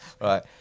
Right